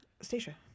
Stacia